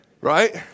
Right